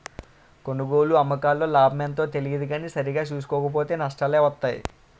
కొనుగోలు, అమ్మకాల్లో లాభమెంతో తెలియదు కానీ సరిగా సూసుకోక పోతో నట్టాలే వొత్తయ్